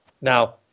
Now